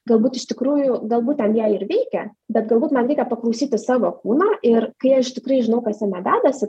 galbūt iš tikrųjų galbūt ten jie ir veikia bet galbūt man reikia paklausyti savo kūno ir kai aš tikrai žinau kas jame dedasi